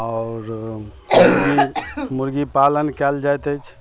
आओर मुर्गी मुर्गी पालन कयल जाइत अछि